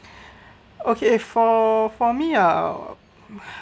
okay for for me ah